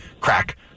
crack